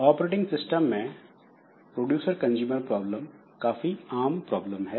operating system में producer consumer problem काफी आम प्रॉब्लम है